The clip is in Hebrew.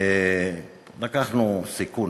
לקחנו סיכון,